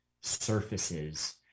surfaces